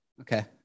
Okay